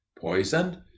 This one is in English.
poisoned